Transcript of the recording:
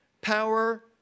power